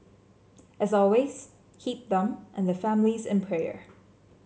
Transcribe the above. as always keep them and their families in prayer